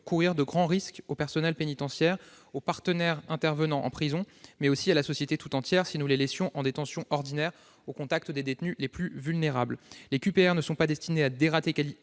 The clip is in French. courir de grands risques au personnel pénitentiaire, aux partenaires intervenant en prison, mais aussi à la société tout entière, si nous les laissions en détention ordinaire au contact des détenus les plus vulnérables. Les QPR sont destinés non